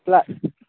ply